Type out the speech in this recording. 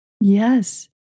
Yes